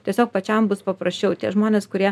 tiesiog pačiam bus paprasčiau tie žmonės kurie